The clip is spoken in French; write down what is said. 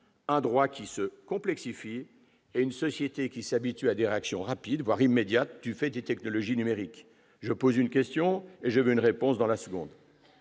un droit qui se complexifie et une société qui s'habitue à des réactions rapides, voire immédiates, du fait des technologies numériques- on pose une question et on veut une réponse dans la seconde.